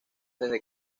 desde